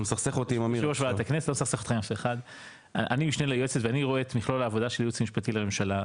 אני משנה ליועצת ואני רואה את מכלול העבודה של הייעוץ המשפטי לממשלה,